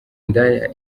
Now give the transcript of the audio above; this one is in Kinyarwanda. indaya